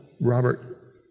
Robert